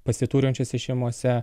pasiturinčiose šeimose